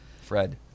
Fred